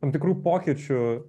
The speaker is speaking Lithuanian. tam tikrų pokyčių